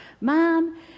Mom